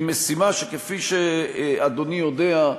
היא משימה, שכפי שאדוני יודע,